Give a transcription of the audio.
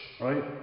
right